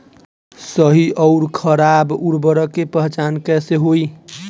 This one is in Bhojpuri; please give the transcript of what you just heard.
सही अउर खराब उर्बरक के पहचान कैसे होई?